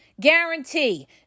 guarantee